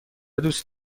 دوست